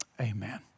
Amen